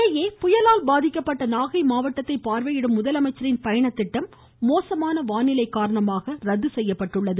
இதனிடையே புயலால் பாதிக்கப்பட்ட நாகை மாவட்டத்தை பார்வையிடும் முதலமைச்சரின் பயணத்திட்டம் மோசமான வானிலை காரணமாக ரத்து செய்யப்பட்டுள்ளது